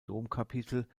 domkapitel